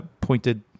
pointed